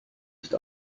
ist